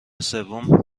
سوم